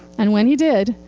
and when he did,